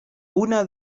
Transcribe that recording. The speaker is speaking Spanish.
una